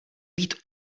být